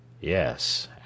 Yes